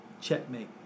checkmate